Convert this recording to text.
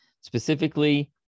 specifically